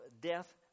death